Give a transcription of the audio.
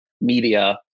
media